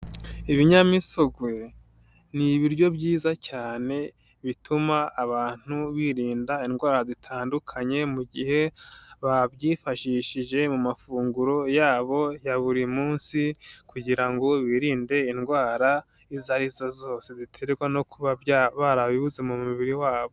Ibinyamisogwe ni ibiryo byiza cyane bituma abantu birinda indwara zitandukanye mu gihe babyifashishije mu mafunguro yabo ya buri munsi kugira ngo birinde indwarazo izo ari zo zose ziterwa no kuba barabibuze mu mubiri wabo.